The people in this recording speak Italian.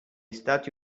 stati